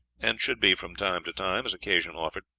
and should be from time to time, as occasion offered,